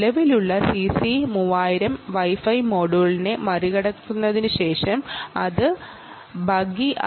നിലവിലുള്ള CC 3000 wifi മൊഡ്യൂളിനെ bypass ചെയ്തതിനു ശേഷം ആണ് ഇത് ഉപയോഗിച്ചത്